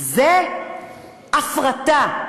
זה הפרטה.